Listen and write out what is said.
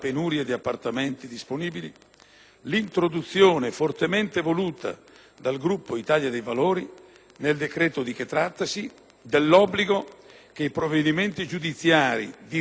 l'introduzione, fortemente voluta dal Gruppo dell'Italia dei Valori, nel decreto di che trattasi, dell'obbligo che i provvedimenti giudiziari di rilascio per finita locazione